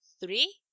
Three